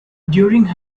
during